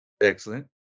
Excellent